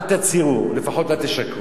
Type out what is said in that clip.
אל תצהירו, לפחות אל תשקרו.